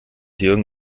jürgen